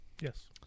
Yes